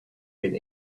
been